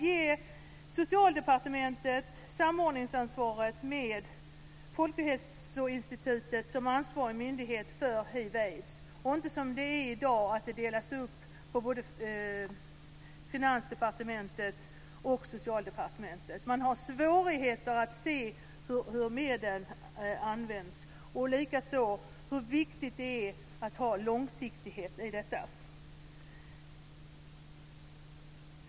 Ge Socialdepartementet samordningsansvaret med Folkhälsoinstitutet som ansvarig myndighet för hiv/aids! Det ska inte vara som det är i dag, att det delas upp mellan Finansdepartementet och Socialdepartementet. Man har svårigheter att se hur medlen används, likaså hur viktigt det är att ha långsiktighet i detta.